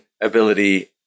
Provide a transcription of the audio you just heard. ability